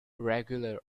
regular